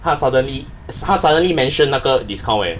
他 suddenly 他 suddenly mention 那个 discount eh